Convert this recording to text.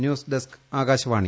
news desk Akashvani